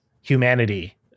humanity